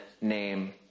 name